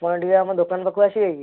ତମେ ଟିକିଏ ଆମ ଦୋକାନ ପାଖକୁ ଆସିବେ କି